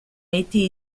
été